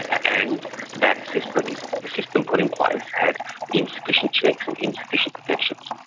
and that system, the system put in place had insufficient checks and insufficient protections.